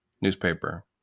Newspaper